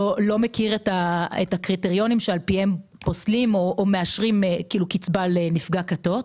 לא מכיר את הקריטריונים על פיהם פוסלים או מאשרים קצבה לנפגע כתות.